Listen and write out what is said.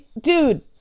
dude